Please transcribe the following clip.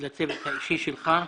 ולצוות האישי שלך.